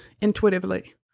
intuitively